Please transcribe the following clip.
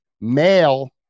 Male